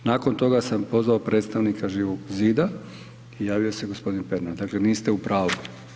Nakon toga sam pozvao predstavnika Živog zida i javio se gospodin Pernar, dakle niste u pravu.